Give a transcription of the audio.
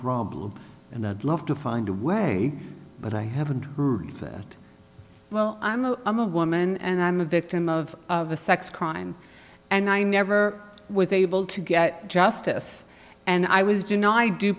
problem and i'd love to find a way but i haven't heard that well i'm a i'm a woman and i'm a victim of a sex crime and i never was able to get justice and i was d